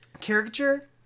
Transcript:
caricature